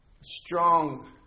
strong